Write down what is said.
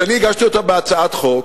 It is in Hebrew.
כשאני הגשתי אותה בהצעת חוק,